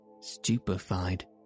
stupefied